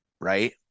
right